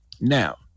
Now